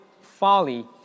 folly